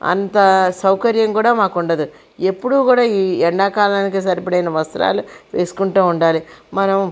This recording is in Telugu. అంత సౌకర్యం కూడా మాకు ఉండదు ఎప్పుడు కూడా ఈ ఎండాకాలం సరిపడా వస్త్రాలు వేసుకుంటూ ఉండాలి మనం